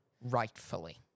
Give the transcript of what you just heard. Rightfully